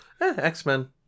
X-Men